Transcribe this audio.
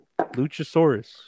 Luchasaurus